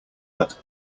that